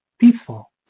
peaceful